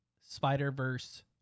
Spider-Verse